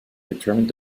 determined